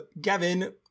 gavin